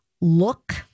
Look